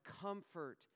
comfort